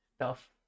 tough